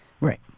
Right